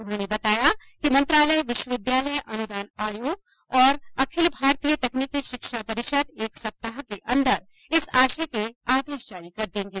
उन्होंने बताया कि मंत्रालय विश्वविद्यालय अनुदान आयोग और अखिल भारतीय तकनीकी शिक्षा परिषद एक सप्ताह के अंदर इस आशय के आदेश जारी कर देंगे